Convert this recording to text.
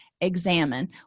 examine